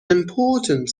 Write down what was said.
important